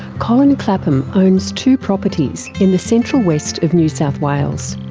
colin clapham owns two properties in the central west of new south wales.